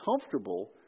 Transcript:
comfortable